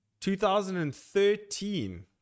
2013